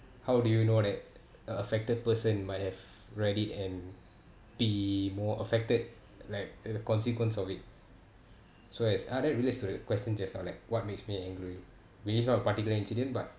how do you know that uh affected person might have read it and be more affected like the consequence of it so as other relates to the question just now like what makes me angry with this all particular incident but